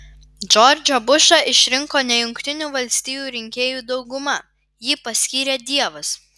džordžą bušą išrinko ne jungtinių valstijų rinkėjų dauguma jį paskyrė dievas